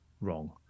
wrong